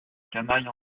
canaille